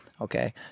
Okay